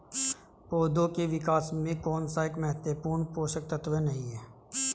पौधों के विकास में कौन सा एक महत्वपूर्ण पोषक तत्व नहीं है?